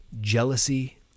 jealousy